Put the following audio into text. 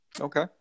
Okay